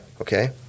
Okay